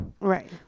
Right